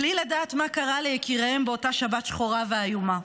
בלי לדעת מה קרה ליקיריהם באותה שבת שחורה ואיומה?